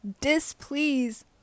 displease